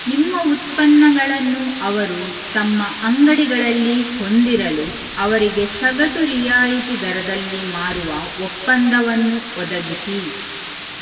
ನಿಮ್ಮ ಉತ್ಪನ್ನಗಳನ್ನು ಅವರು ತಮ್ಮ ಅಂಗಡಿಗಳಲ್ಲಿ ಹೊಂದಿರಲು ಅವರಿಗೆ ಸಗಟು ರಿಯಾಯಿತಿ ದರದಲ್ಲಿ ಮಾರುವ ಒಪ್ಪಂದವನ್ನು ಒದಗಿಸಿ